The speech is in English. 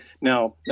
Now